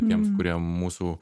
tiems kurie mūsų